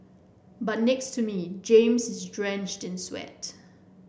but next to me James is drenched in sweat